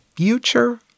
future